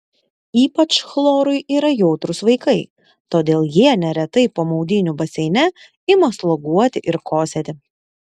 ypač chlorui yra jautrūs vaikai todėl jie neretai po maudynių baseine ima sloguoti ir kosėti